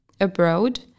abroad